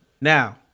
Now